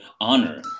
honor